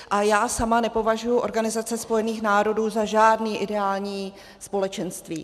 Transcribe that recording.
A já sama nepovažuji Organizaci spojených národů za žádné ideální společenství.